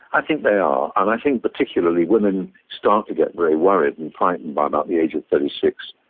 i think they are, and i think particularly women start to get very worried and frightened by about the age of thirty six,